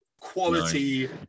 Quality